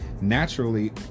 naturally